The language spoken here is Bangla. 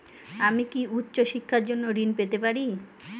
আমি কি উচ্চ শিক্ষার জন্য ঋণ পেতে পারি?